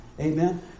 Amen